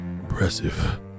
impressive